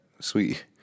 Sweet